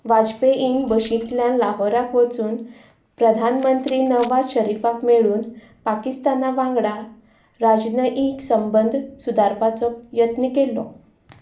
वाजपेईन बशींतल्यान लाहोराक वचून प्रधानमंत्री नवाज शरीफाक मेळून पाकिस्ताना वांगडा राजनैतीक संबंद सुदारपाचो यत्न केल्लो